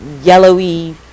yellowy